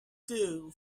stew